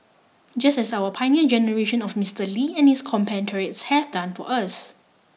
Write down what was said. just as our pioneer generation of Mister Lee and his compatriots have done for us